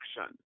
action